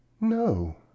No